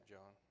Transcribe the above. John